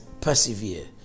persevere